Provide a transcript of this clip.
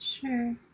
sure